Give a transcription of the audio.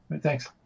Thanks